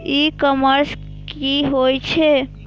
ई commerce की होय छेय?